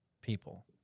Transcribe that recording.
people